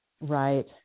right